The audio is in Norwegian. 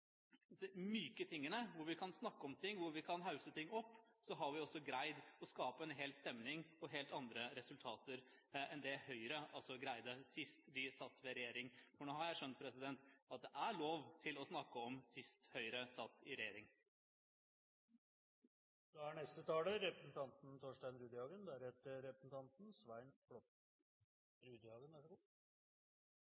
myke tingene, hvor vi kan snakke om ting, hvor en kan hausse ting opp, har vi greid å skape en stemning og helt andre resultater enn det Høyre greide sist de satt i regjering. For nå har jeg skjønt at det er lov til å snakke om sist Høyre satt i regjering. Det er